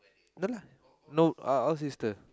no lah no our ours is the